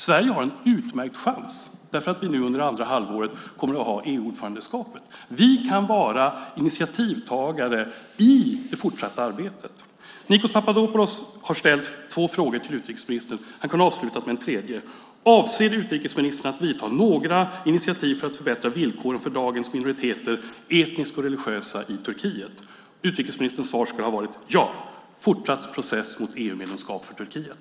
Sverige har en utmärkt chans eftersom vi nu under andra halvåret kommer att inneha EU-ordförandeskapet. Vi kan vara initiativtagare i det fortsatta arbetet. Nikos Papadopoulos har ställt två frågor till utrikesministern. Han kunde ha avslutat med en tredje: Avser utrikesministern att ta några initiativ för att förbättra villkoren för dagens minoriteter, etniska och religiösa, i Turkiet? Utrikesministerns svar skulle ha varit: Ja, fortsatt process för EU-medlemskap för Turkiet.